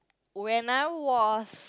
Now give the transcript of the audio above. when I was